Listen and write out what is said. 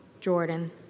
Jordan